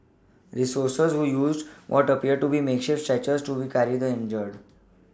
rescuers who used what appeared to be makeshift stretchers to carry the injured